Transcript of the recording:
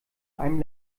einem